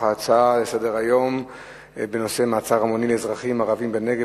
ההצעה לסדר-היום בנושא: מעצר המוני של אזרחים ערבים בנגב